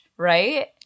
Right